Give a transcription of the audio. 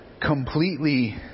completely